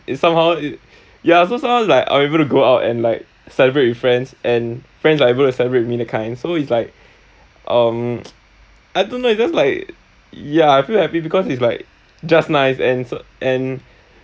it somehow it ya so somehow it's like I'm able to go out and like celebrate with friends and friends are able to celebrate me that kind so it's like um I don't know it's just like yeah I feel happy because it's like just nice and so and